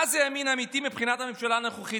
מה זה ימין אמיתי מבחינת הממשלה הנוכחית,